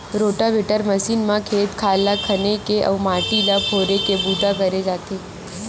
rotavator machine म खेत खार ल खने के अउ माटी ल फोरे के बूता करे जाथे